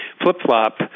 flip-flop